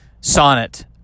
sonnet